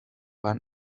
pan